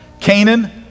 Canaan